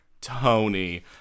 Tony